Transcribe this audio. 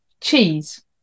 Cheese